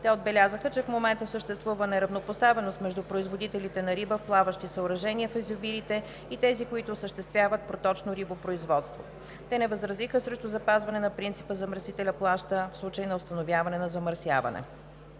Те отбелязаха, че в момента съществува неравнопоставеност между производителите на риба в плаващи съоръжения в язовирите и тези, които осъществяват проточно рибопроизводство. Те не възразиха срещу запазване на принципа „замърсителят плаща“ в случай на установяване на замърсяване.